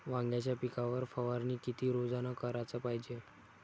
वांग्याच्या पिकावर फवारनी किती रोजानं कराच पायजे?